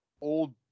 old